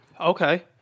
Okay